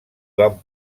van